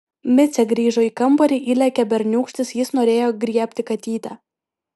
micė grįžo į kambarį įlėkė berniūkštis jis norėjo griebti katytę